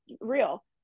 real